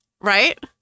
Right